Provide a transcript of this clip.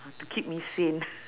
to keep me sane